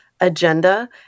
agenda